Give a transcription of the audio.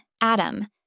Adam